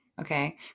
Okay